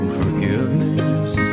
forgiveness